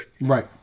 Right